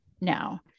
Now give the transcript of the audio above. now